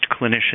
clinicians